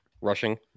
rushing